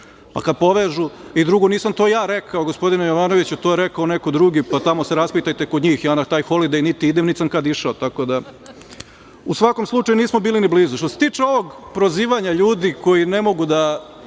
do Vaskrsa. Drugo, nisam to ja rekao, gospodine Jovanoviću, to je rekao neko drugi, pa se raspitajte tamo kod njih. Ja na taj holliday niti idem, niti sam kada išao.U svakom slučaju, nismo bili ni blizu. Što se tiče ovog prozivanja ljudi koji ne mogu da